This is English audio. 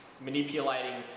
manipulating